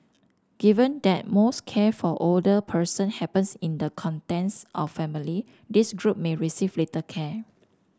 given that most care for older person happens in the contents of family this group may receive little care